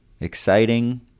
exciting